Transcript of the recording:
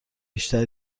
بیشتری